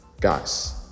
Guys